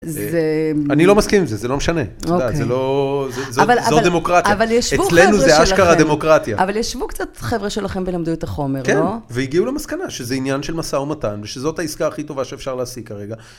אני לא מסכים עם זה, זה לא משנה. די, זה לא דמוקרטיה, אצלנו זה אשכרה דמוקרטיה. אבל ישבו קצת חבר'ה שלכם ולמדו יותר חומר, לא? כן, והגיעו למסקנה שזה עניין של מסע ומתן, ושזאת העסקה הכי טובה שאפשר להשיג כרגע.